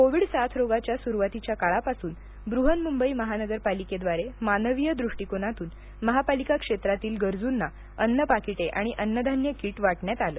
Covid साथ रोगाच्या सुरुवातीच्या काळापासून बृहन्मुंबई महानगरपालिकेद्वारे मानवीय दृष्टिकोनातून महापालिका क्षेत्रातील गरजूंना अन्न पाकिटे आणि अन्नधान्य किट वाटण्यात आलं